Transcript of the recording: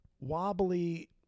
Wobbly